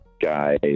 guys